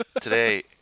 today